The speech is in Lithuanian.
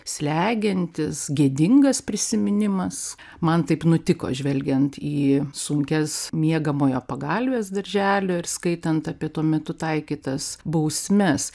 slegiantis gėdingas prisiminimas man taip nutiko žvelgiant į sunkias miegamojo pagalves darželio ir skaitant apie tuo metu taikytas bausmes